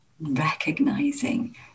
recognizing